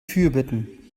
fürbitten